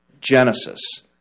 Genesis